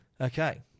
Okay